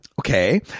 Okay